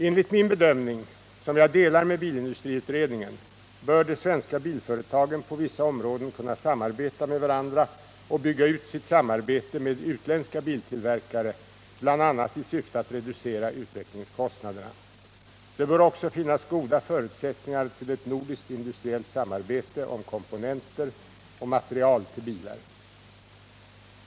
Enligt min bedömning, som jag delar med bilindustriutredningen, bör de svenska bilföretagen på vissa områden kunna samarbeta med varandra och bygga ut sitt samarbete med utländska biltillverkare, bl.a. i syfte att reducera utvecklingskostnaderna. Det bör också finnas goda förutsättningar till ett nordiskt industriellt samarbete om komponenter och material till bilar.